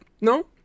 no